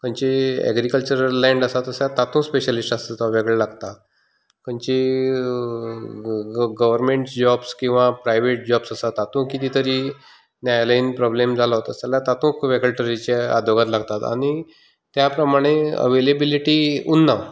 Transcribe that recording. खंयचीय agricultural land आसा तसो तातूंत स्पेशलिस्ट आसता तो वेगळो लागता खंयचेय गव्हरमँट जॉब्स किंवा प्रायवेट जॉब्स आसा तातूंत कितें तरी न्यायालयीन प्रॉब्लम जालो तसो आसल्यार तातूंत वेगळ्या तरेचे आदवोगाद लागतात आनी त्या प्रमाणे अवेलिबिलिटी उरना